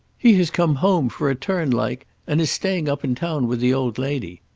he has come home, for a turn like and is staying up in town with the old lady.